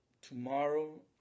tomorrow